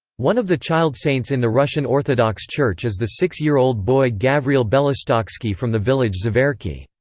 one of the child-saints in the russian orthodox church is the six-year-old boy gavriil belostoksky from the village zverki.